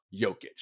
Jokic